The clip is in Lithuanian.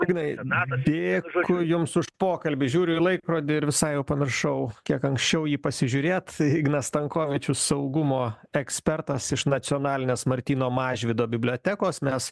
ignai dėkui jums už pokalbį žiūriu į laikrodį ir visai jau pamiršau kiek anksčiau jį pasižiūrėt ignas stankovičius saugumo ekspertas iš nacionalinės martyno mažvydo bibliotekos mes